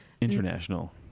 international